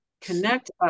connect